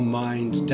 mind